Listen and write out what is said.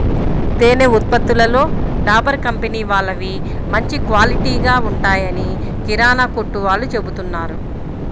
తేనె ఉత్పత్తులలో డాబర్ కంపెనీ వాళ్ళవి మంచి క్వాలిటీగా ఉంటాయని కిరానా కొట్టు వాళ్ళు చెబుతున్నారు